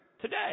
today